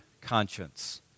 conscience